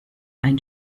ein